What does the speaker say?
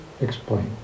explain